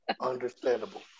understandable